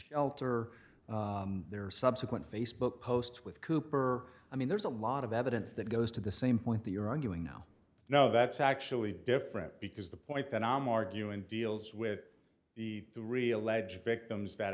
shelter their subsequent facebook posts with cooper i mean there's a lot of evidence that goes to the same point that you're arguing now no that's actually different because the point that i'm arguing deals with the three alleged victims that